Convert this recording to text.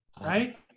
right